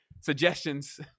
suggestions